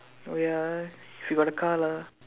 oh ya she got a car lah